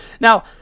Now